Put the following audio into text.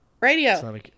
Radio